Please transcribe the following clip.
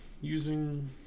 using